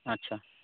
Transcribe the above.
আচ্ছা